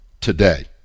today